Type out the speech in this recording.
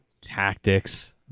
tactics